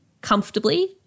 comfortably